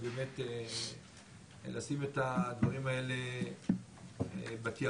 על מנת באמת לשים את הדברים האלה בתיעדוף.